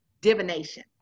divination